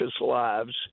lives